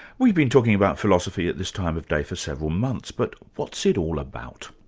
we've been talking about philosophy at this time of day for several months, but what's it all about?